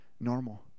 normal